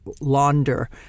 launder